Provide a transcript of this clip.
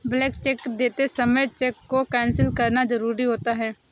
blank cheque देते समय cheque को कैंसिल करना जरुरी होता है